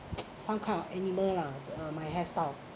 some kind of animal lah uh my hairstyle